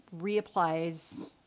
reapplies